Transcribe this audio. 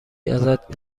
ازت